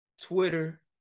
Twitter